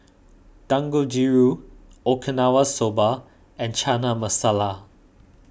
Dangojiru Okinawa Soba and Chana Masala